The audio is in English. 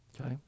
Okay